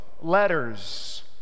letters